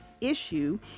issue